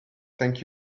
thank